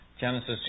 Genesis